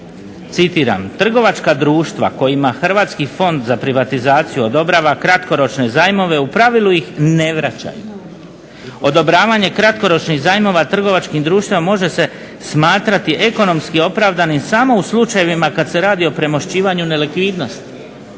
citiram: "Trgovačka društva kojima Hrvatski fond za privatizaciju odobrava kratkoročne zajmove u pravilu ih ne vraćaju." Odobravanje kratkoročnih zajmova trgovačkim društvima može se smatrati ekonomski opravdanim samo u slučajevima kada se radi o premošćivanju nelikvidnosti.